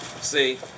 See